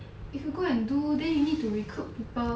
if you go and do then you need to recruit people